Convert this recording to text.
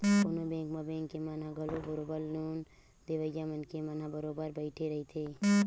कोनो बेंक म बेंक के मन ह घलो बरोबर लोन देवइया मनखे मन ह बरोबर बइठे रहिथे